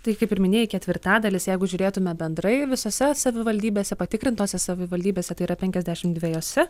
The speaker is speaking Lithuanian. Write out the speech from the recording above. taip kaip ir minėjai ketvirtadalis jeigu žiūrėtume bendrai visose savivaldybėse patikrintose savivaldybėse tai yra penkiasdešim dviejose